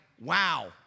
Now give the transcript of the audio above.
wow